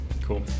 Cool